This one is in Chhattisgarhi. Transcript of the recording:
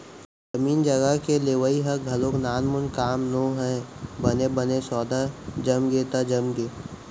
जमीन जघा के लेवई ह घलोक नानमून काम नोहय बने बने सौदा जमगे त जमगे